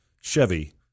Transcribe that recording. Chevy